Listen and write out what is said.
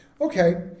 Okay